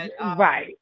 right